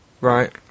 Right